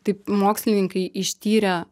taip mokslininkai ištyrę